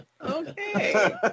Okay